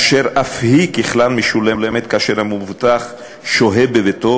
אשר אף היא ככלל משולמת כאשר המבוטח שוהה בביתו,